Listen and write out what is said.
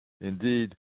Indeed